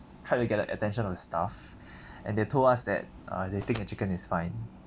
tried to get the attention of the staff and they told us that uh they think the chicken is fine